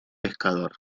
pescador